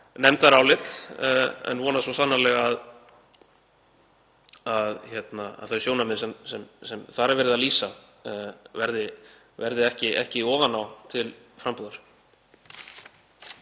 nefndarálit og vona svo sannarlega að þau sjónarmið sem þar er verið að lýsa verði ekki ofan á til frambúðar.